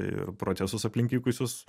ir procesus aplink vykusius